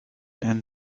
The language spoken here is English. and